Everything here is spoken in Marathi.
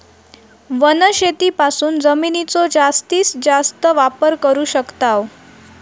वनशेतीपासून जमिनीचो जास्तीस जास्त वापर करू शकताव